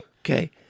Okay